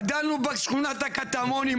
גדלנו בשכונת הקטמונים,